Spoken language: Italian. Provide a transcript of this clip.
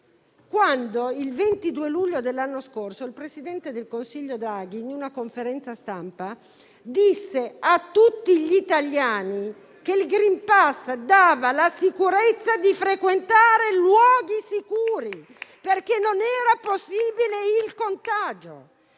quando il 22 luglio dell'anno scorso il presidente del Consiglio Draghi in una conferenza stampa disse a tutti gli italiani che il *green pass* dava la sicurezza di frequentare luoghi sicuri, perché non era possibile il contagio.